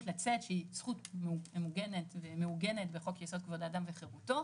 לצאת שהיא זכות מוגנת ומעוגנת בחוק יסוד כבוד האדם וחירותו,